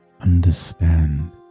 understand